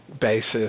basis